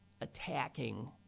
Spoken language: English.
attacking